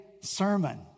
sermon